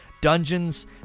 Dungeons